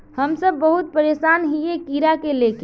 हम सब बहुत परेशान हिये कीड़ा के ले के?